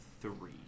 three